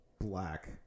black